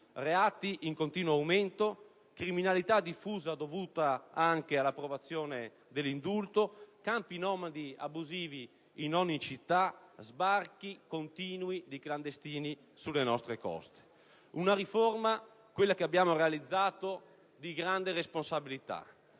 reati in continuo aumento, criminalità diffusa (dovuta anche all'approvazione dell'indulto), campi nomadi abusivi in ogni città, sbarchi continui di clandestini sulle nostre coste. È una riforma, quella che abbiamo realizzato, di grande responsabilità.